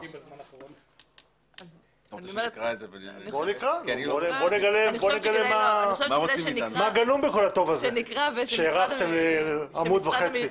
נקרא ונראה מה גלום בכל הטוב הזה שכתבתם עמוד וחצי.